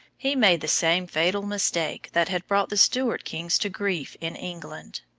he made the same fatal mistake that had brought the stuart kings to grief in england.